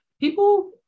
people